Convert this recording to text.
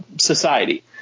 society